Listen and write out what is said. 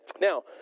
Now